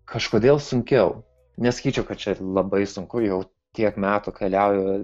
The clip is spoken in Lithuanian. kažkodėl sunkiau nesakyčiau kad čia labai sunku jau tiek metų keliauju